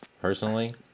personally